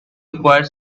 acquire